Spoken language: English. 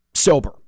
sober